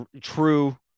true